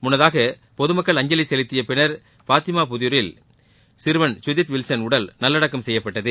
முன்னதாக பொது மக்கள் அஞ்சலி செலுத்திய பின்னர் பாத்திமா புதூரில் சிறுவன் சுஜித் வில்சன் உடல் நல்லடக்கம் செய்யப்பட்டது